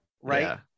right